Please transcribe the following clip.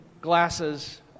glasses